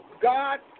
God